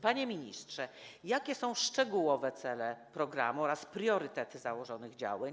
Panie ministrze, jakie są szczegółowe cele programu oraz priorytety założonych działań?